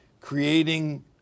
creating